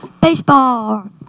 Baseball